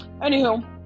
Anywho